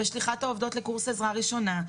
בשליחת העובדות לקורס עזרה ראשונה,